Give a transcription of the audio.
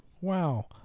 Wow